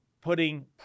putting